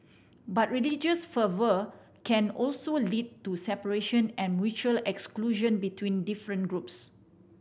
but religious fervour can also lead to separation and mutual exclusion between different groups